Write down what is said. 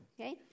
Okay